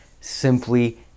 simply